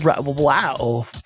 Wow